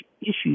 issues